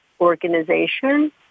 organization